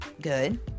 good